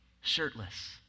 shirtless